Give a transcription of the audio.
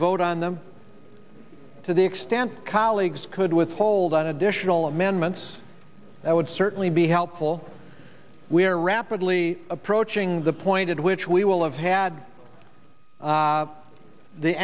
vote on them to the extent colleagues could withhold on additional amendments that would certainly be helpful we are rapidly approaching the point at which we will have had